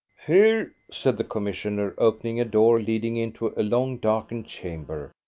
here, said the commissioner, opening a door leading into a long, darkened chamber,